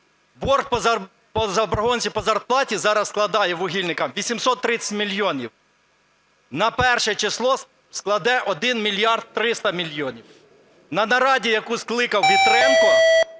по зарплаті зараз складає вугільникам 830 мільйонів. На 1 число складе 1 мільярд 300 мільйонів. На нараді, яку скликав Вітренко,